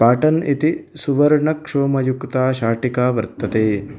पाटन् इति सुवर्णक्षौमयुक्ता शाटिका वर्तते